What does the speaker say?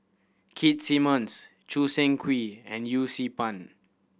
Keith Simmons Choo Seng Quee and Yee Siew Pun